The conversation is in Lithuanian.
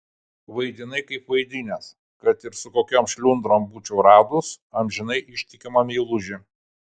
vaidinai kaip vaidinęs kad ir su kokiom šliundrom būčiau radus amžinai ištikimą meilužį